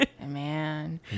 Man